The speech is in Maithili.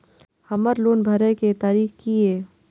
हमर लोन भरए के तारीख की ये?